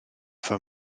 efo